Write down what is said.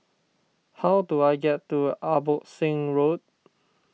how do I get to Abbotsingh Road